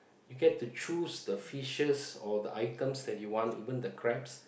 you get to choose the fishes or the items that you want even the crabs